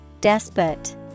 Despot